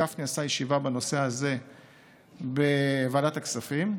גפני קיים ישיבה בנושא הזה בוועדת הכספים,